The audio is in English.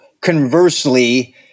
conversely